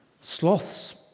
sloths